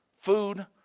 food